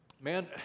man